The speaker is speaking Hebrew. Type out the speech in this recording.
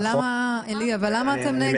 אבל למה, עלי, למה אתם נגד?